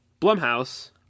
Blumhouse